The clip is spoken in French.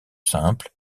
simple